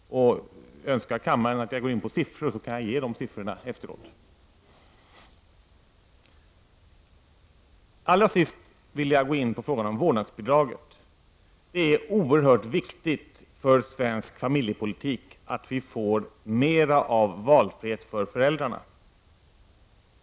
Om kammaren önskar att jag skall gå in på siffror, kan jag göra det efteråt. Allra sist vill jag gå in på frågan om vårdnadsbidraget. Det är oerhört viktigt för svensk familjepolitik att vi får mera av valfrihet för föräldrarna.